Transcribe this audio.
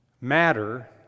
matter